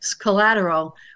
collateral